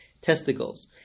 testicles